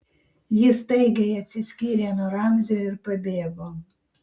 ji staigiai atsiskyrė nuo ramzio ir pabėgo